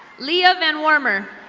lea ah van warmer.